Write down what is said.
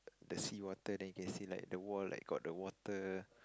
the seawater then you can see like the wall got like the water